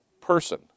person